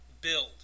build